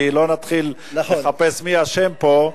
כי לא נתחיל לחפש מי אשם פה.